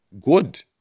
good